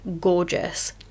gorgeous